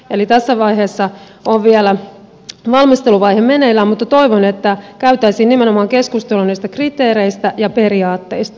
eli tässä vaiheessa on vielä valmisteluvaihe meneillään mutta toivon että käytäisiin keskustelua nimenomaan näistä kriteereistä ja periaatteista